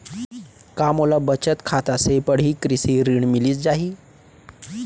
का मोला बचत खाता से पड़ही कृषि ऋण मिलिस जाही?